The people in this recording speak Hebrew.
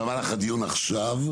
במהלך הדיון עכשיו.